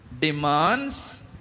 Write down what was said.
Demands